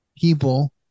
people